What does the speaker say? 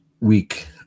week